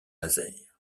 laser